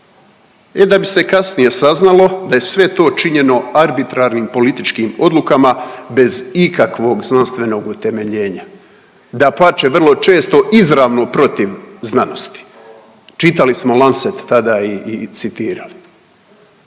e da bi se kasnije saznalo da je sve to činjeno arbitrarnim političkim odlukama bez ikakvog znanstvenog utemeljenja, dapače vrlo često izravno protiv znanosti. Čitali smo Lancet tada i citirali.